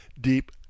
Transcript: deep